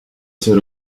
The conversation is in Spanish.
ser